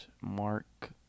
mark